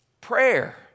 Prayer